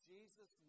Jesus